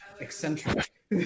eccentric